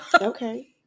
Okay